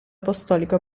apostolico